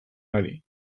ari